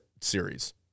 series